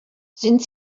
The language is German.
sind